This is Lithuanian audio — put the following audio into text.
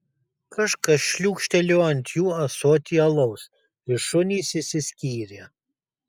kažkas šliūkštelėjo ant jų ąsotį alaus ir šunys išsiskyrė